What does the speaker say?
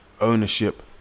ownership